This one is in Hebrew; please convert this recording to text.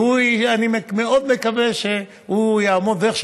אני מאוד מקווה שהוא יעמוד בכך,